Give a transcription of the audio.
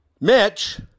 Mitch